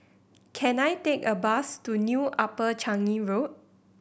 can I take a bus to New Upper Changi Road